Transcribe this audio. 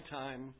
time